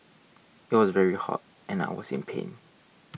it was very hot and I was in pain